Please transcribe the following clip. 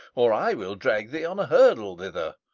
or i will drag thee on a hurdle thither.